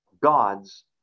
God's